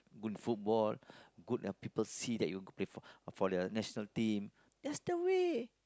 good football good people see you that play for for the national team that's the way